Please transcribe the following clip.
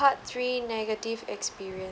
part three negative experience